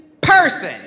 person